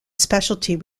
specialty